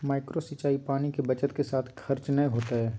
micro सिंचाई पानी के बचत के साथ खर्च नय होतय